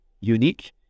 unique